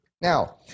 Now